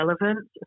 relevant